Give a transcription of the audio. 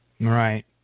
Right